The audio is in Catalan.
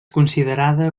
considerada